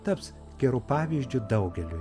taps geru pavyzdžiu daugeliui